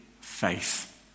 faith